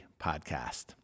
Podcast